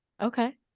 Okay